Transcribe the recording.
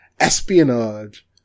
Espionage